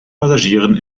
passagieren